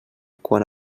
quan